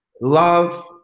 love